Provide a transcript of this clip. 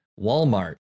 Walmart